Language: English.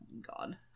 god